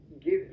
give